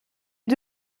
les